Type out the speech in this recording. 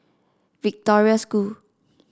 Victoria School